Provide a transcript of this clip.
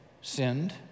sinned